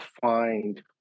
find